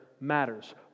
matters